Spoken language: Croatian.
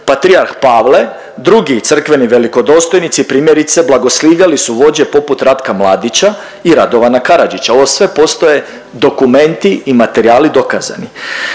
Patrijar Pavle, drugi i crkveni velikodostojnici primjerice, blagoslivljali su vođe poput Ratka Mladića i Radovana Karaždića, ovo sve postoje dokumenti i materijali dokazani.